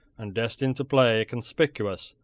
and destined to play a conspicuous,